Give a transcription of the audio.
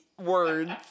words